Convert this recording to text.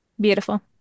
Beautiful